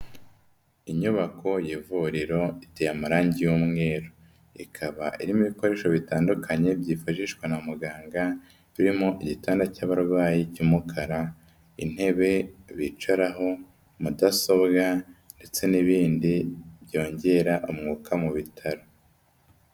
Inyubako y'ivuriro iteye amarangi y'umweru, ikaba irimo ibikoresho bitandukanye byifashishwa na muganga, turimo igitanda cy'abarwayi cy'umukara, intebe bicaraho, Mudasobwa ndetse n'ibindi byongera umwuka mu bitaro.